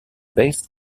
based